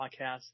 podcast